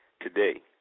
today